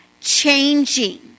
changing